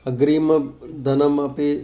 अग्रिमं धनमपि